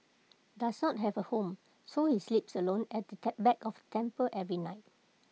does not have A home so he sleeps alone at the back of the temple every night